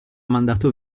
mandato